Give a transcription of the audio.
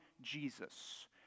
Jesus